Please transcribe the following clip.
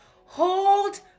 Hold